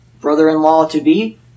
brother-in-law-to-be